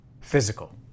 physical